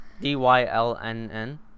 D-Y-L-N-N